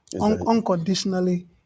unconditionally